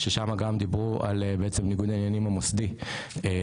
ששמה גם דיברו על בעצם ניגודי העניינים המוסדי והבעייתיות